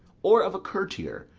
or of a courtier,